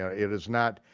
ah it is not,